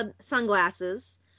sunglasses